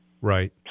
Right